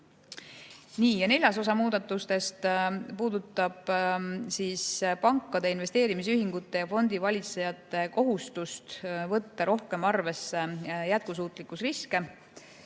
Neljas osa muudatustest puudutab pankade, investeerimisühingute ja fondivalitsejate kohustust võtta rohkem arvesse jätkusuutlikkusriske.